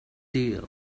deal